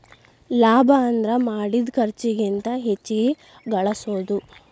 ಲಾಭ ಅಂದ್ರ ಮಾಡಿದ್ ಖರ್ಚಿಗಿಂತ ಹೆಚ್ಚಿಗಿ ಗಳಸೋದು